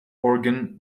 organ